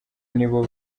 nibo